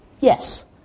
Yes